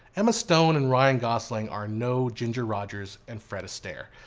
emma stone and ryan gosling are no ginger rogers and fred astaire,